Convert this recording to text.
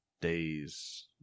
days